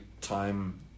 time